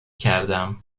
کردم